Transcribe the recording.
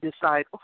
decide